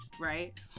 right